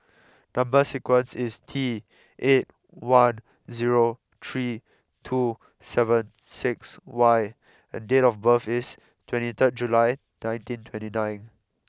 number sequence is T eight one zero three two seven six Y and date of birth is twenty third July nineteen twenty nine